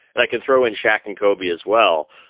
and i can throw in shaq and kobe as well.